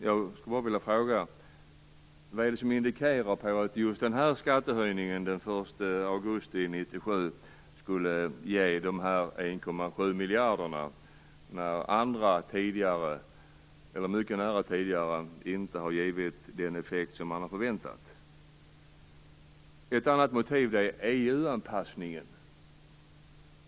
Jag skulle vilja fråga vad det är som indikerar att just skattehöjningen den 1 augusti 1997 skulle ge dessa 1,7 miljarder, när den tidigare höjningen inte har gett den effekt som man förväntade. Fru talman! Ett annat motiv är EU-anpassning.